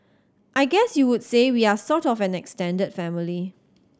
I guess you would say we are sort of an extended family